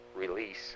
release